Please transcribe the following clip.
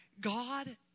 God